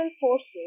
forces